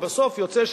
ובסוף יוצא,